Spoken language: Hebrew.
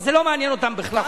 וזה לא מעניין אותם בכלל,